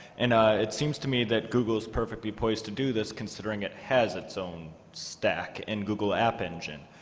and it seems to me that google is perfectly poised to do this, considering it has its own stack in google app engine.